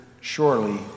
surely